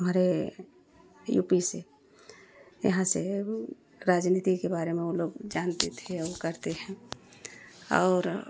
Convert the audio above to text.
हमारे U P से यहाँ से राजनीति के बारे में वो लोग जानते थे और करते हैं और